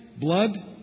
blood